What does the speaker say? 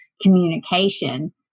communication